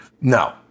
No